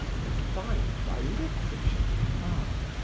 refined by literature and art,